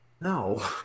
No